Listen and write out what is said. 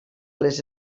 les